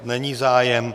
Není zájem.